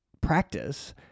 practice